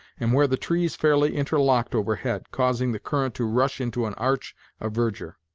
and where the trees fairly interlocked overhead, causing the current to rush into an arch of verdure